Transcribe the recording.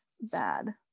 bad